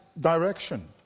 direction